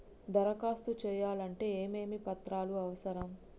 దరఖాస్తు చేయాలంటే ఏమేమి పత్రాలు అవసరం?